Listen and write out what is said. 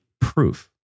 proof